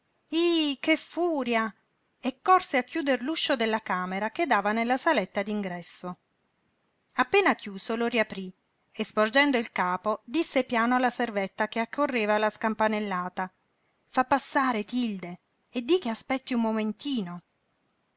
ih che furia e corse a chiuder l'uscio della camera che dava nella saletta d'ingresso appena chiuso lo riaprí e sporgendo il capo disse piano alla servetta che accorreva alla scampanellata fa passare tilde e di che aspetti un momentino